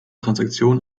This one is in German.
transaktion